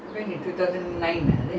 france lor we went to the